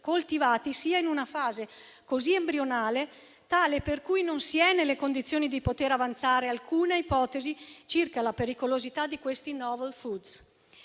coltivati sia in una fase così embrionale tale per cui non si è nelle condizioni di avanzare alcuna ipotesi circa la pericolosità di questi *novel food.*